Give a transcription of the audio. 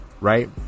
right